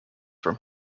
from